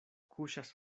kuŝas